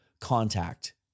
contact